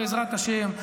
בעזרת השם.